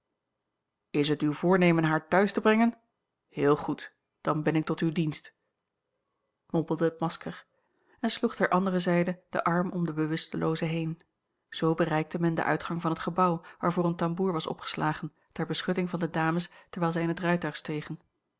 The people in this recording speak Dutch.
is het uw voornemen haar thuis te brengen heel goed dan ben ik tot uw dienst mompelde het masker en sloeg ter andere zijde den arm om de bewustelooze heen zoo bereikte men den uitgang van het gebouw waarvoor een tambour was a l g bosboom-toussaint langs een omweg opgeslagen ter beschutting van de dames terwijl zij in het rijtuig stegen